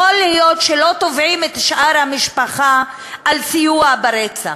יכול להיות שלא תובעים את שאר המשפחה על סיוע ברצח,